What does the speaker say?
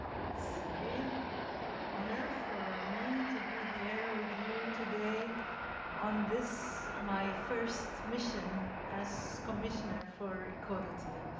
it's a real honor for me to be here with you today on this, my first mission as commissioner for equality.